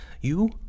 you